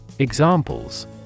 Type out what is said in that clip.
Examples